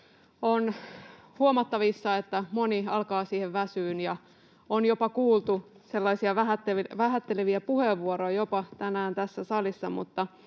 On huomattavissa, että moni alkaa siihen väsyä, ja on jopa kuultu vähätteleviä puheenvuoroja, jopa tänään tässä salissa,